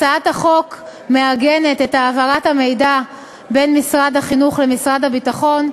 הצעת החוק מעגנת את העברת המידע בין משרד החינוך למשרד הביטחון,